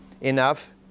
enough